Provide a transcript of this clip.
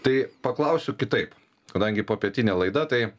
tai paklausiu kitaip kadangi popietinė laida tai